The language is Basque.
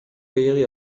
gehiegi